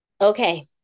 okay